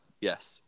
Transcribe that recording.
Yes